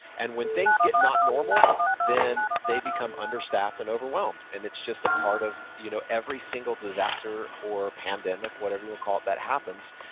and when things get not normal, then they become understaffed and overwhelmed. and it's just a part of you know every single disaster or pandemic, whatever you wanna call it, that happens,